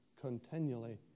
continually